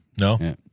no